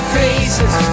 faces